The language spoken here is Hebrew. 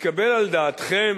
מתקבל על דעתכם,